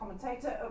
commentator